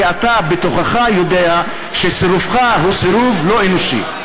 כי אתה בתוכך יודע שסירובך הוא סירוב לא אנושי.